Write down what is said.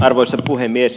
arvoisa puhemies